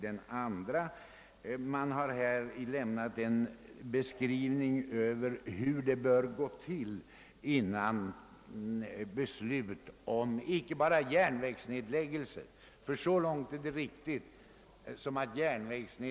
De beskriver här hur det bör gå till innan beslut fattas om inte bara järnvägsnedläggningar utan även om indragning av serier av järnvägsstationer.